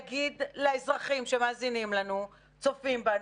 תגיד לאזרחים שמאזינים לנו, צופים בנו,